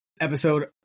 Episode